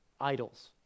idols